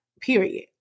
period